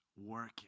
working